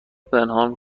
پنهان